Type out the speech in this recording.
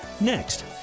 Next